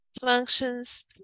functions